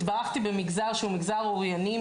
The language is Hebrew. התברכתי במגזר שהוא מגזר אורייני,